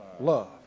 love